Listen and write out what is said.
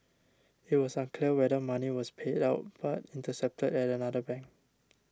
it was unclear whether money was paid out but intercepted at another bank